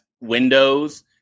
windows